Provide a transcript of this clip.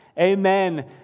amen